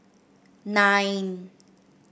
nine